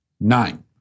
nine